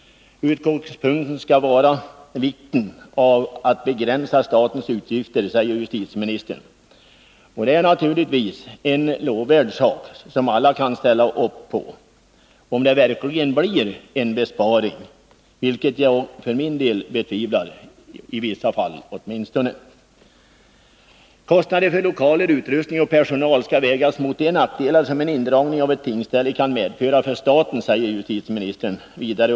Utgångspunkten är vikten av att begränsa statens utgifter, säger justitieministern. Och det är naturligtvis en lovvärd sak, som alla kan ställa upp på. Att det verkligen blir en besparing betvivlar jag för min del, åtminstone i vissa fall. Kostnader för lokaler, utrustning och personal skall vägas mot de nackdelar som en indragning av ett tingsställe kan medföra för staten, säger justitieministern vidare.